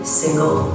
single